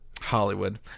Hollywood